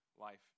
life